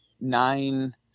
nine